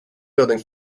building